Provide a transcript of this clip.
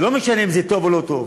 זה לא משנה אם זה טוב או לא טוב.